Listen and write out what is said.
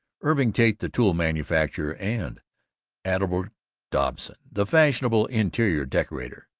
irving tate the tool-manufacturer, and adelbert dobson the fashionable interior decorator.